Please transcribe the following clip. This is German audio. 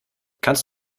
kannst